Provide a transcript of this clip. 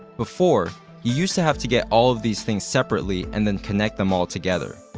before, you used to have to get all of these things separately and then connect them all together.